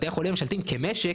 בתי החולים הממשלתיים כמשק,